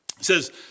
says